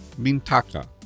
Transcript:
Mintaka